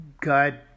God